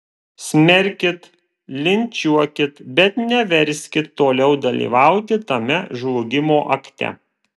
smerkit linčiuokit bet neverskit toliau dalyvauti tame žlugimo akte